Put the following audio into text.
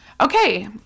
okay